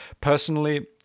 Personally